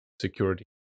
security